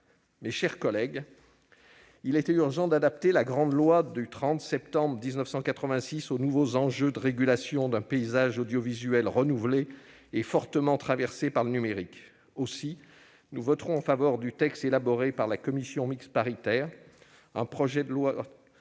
Mes chers collègues, il était urgent d'adapter la grande loi du 30 septembre 1986 aux nouveaux enjeux de régulation d'un paysage audiovisuel renouvelé et fortement traversé par le numérique. Aussi, nous voterons en faveur des textes élaborés par la commission mixte paritaire, lesquels